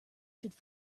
should